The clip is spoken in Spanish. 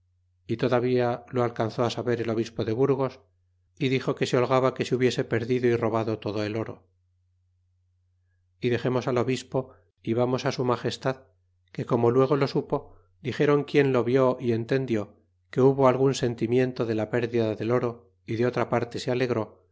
y todavía lo alcanzó saber el obispo de burgos y dixo que se holgaba que se hubiese perdido y robado todo el oro dexemos al obispo y vamos su magestad que como luego lo supo dixéron quien lo vi y entendió que hubo algun sentimiento de la pérdida del oro y de otra parte se alegró